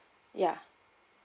yeah